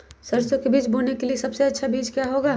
सरसो के बीज बोने के लिए कौन सबसे अच्छा बीज होगा?